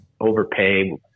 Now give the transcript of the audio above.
overpay